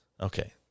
Okay